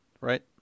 right